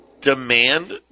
Demand